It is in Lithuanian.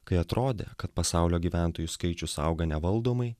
kai atrodė kad pasaulio gyventojų skaičius auga nevaldomai